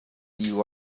you